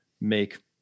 make